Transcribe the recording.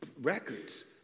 records